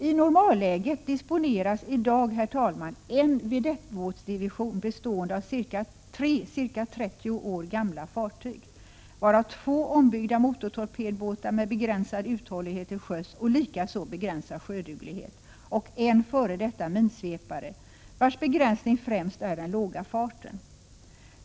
I normalläge disponeras i dag, herr talman, en vedettbåtsdivision bestående av tre ca 30 år gamla fartyg, varav två ombyggda motortorpedbåtar med begränsad uthållighet till sjöss och likaså begränsad sjöduglighet, och en f. d. minsvepare, vars begränsning främst är den låga farten.